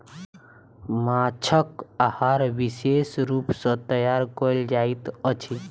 माँछक आहार विशेष रूप सॅ तैयार कयल जाइत अछि